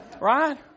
right